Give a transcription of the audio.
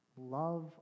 love